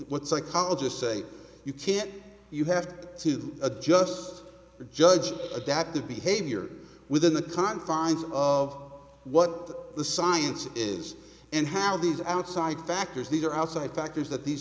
what psychologists say you can't you have to adjust judge adaptive behavior within the confines of what the science is and how these outside factors these are outside factors that these